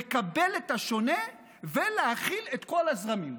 לקבל את השונה ולהכיל את כל הזרמים.